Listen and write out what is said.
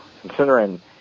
Considering